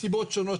מסיבות שונות,